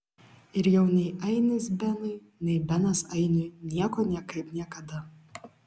ir jau nei ainis benui nei benas ainiui nieko niekaip niekada